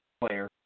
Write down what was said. player